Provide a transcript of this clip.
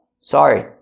Sorry